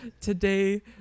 today